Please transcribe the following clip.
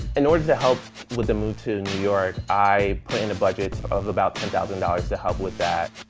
in order to help with the move to new york, i put in a budget of about ten thousand dollars to help with that.